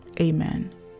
Amen